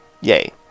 Yay